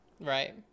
Right